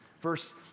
Verse